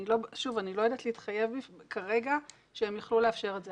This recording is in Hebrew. אני לא יודעת להתחייב כרגע שהן יוכלו לאפשר את זה.